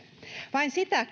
vain sitä